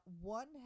one